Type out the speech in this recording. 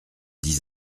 dix